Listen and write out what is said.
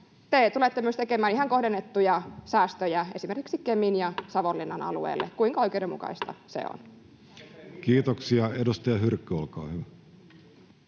Te tulette tekemään myös ihan kohdennettuja säästöjä esimerkiksi Kemin ja Savonlinnan alueille. Kuinka oikeudenmukaista se on? Kiitoksia. — Edustaja Hyrkkö, olkaa hyvä.